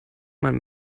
man